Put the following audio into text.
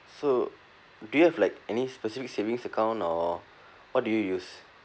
so do you have like any specific savings account or what did you use